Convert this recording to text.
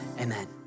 Amen